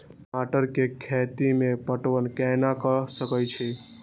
टमाटर कै खैती में पटवन कैना क सके छी?